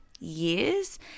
years